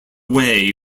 way